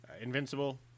Invincible